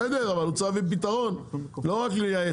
בסדר, אבל הוא צריך להביא פתרון, לא רק לייעץ.